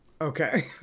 Okay